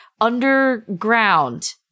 underground